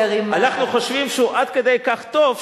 כי אנחנו חושבים שהוא עד כדי כך טוב,